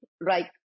right